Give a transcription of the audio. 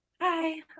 Hi